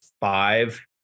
five